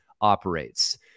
operates